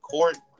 Court